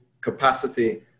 capacity